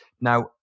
Now